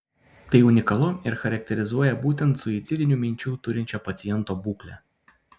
tai unikalu ir charakterizuoja būtent suicidinių minčių turinčio paciento būklę